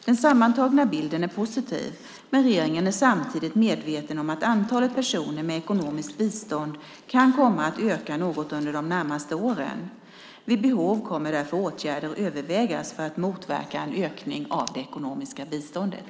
Den sammantagna bilden är positiv, men regeringen är samtidigt medveten om att antalet personer med ekonomiskt bistånd kan komma att öka något under de närmaste åren. Vid behov kommer därför åtgärder att övervägas för att motverka en ökning av det ekonomiska biståndet.